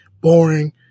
boring